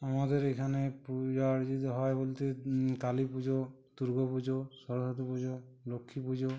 আমাদের এখানে পূজার যদি হয় বলতে কালী পুজো দুর্গা পুজো সরস্বতী পুজো লক্ষ্মী পুজো